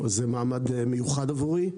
זה מעמד מיוחד עבורי.